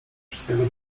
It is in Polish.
wszystkiego